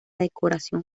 decoración